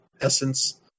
essence